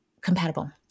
compatible